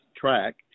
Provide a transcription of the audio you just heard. track